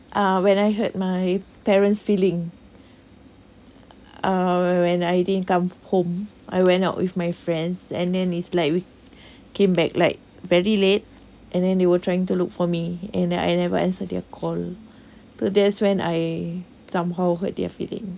uh when I hurt my parents’ feeling uh when I didn't come home I went out with my friends and then is like we came back like very late and then they were trying to look for me and I never answer their call so that’s when I somehow hurt their feeling